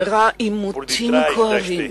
עימותים כואבים,